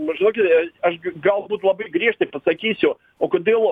žinokite aš gi galbūt labai griežtai pasakysiu o kodėl